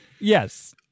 Yes